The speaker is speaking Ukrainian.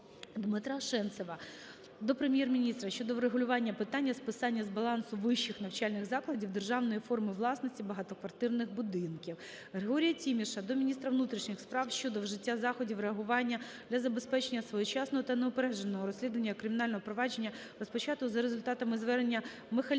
Дмитра Шенцева до Прем'єр-міністра щодо врегулювання питання списання з балансу вищих навчальних закладів державної форми власності багатоквартирних будинків. Григорія Тіміша до міністра внутрішніх справ щодо вжиття заходів реагування для забезпечення своєчасного та неупередженого розслідування кримінального провадження, розпочатого за результатами звернень Михальчанського